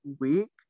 week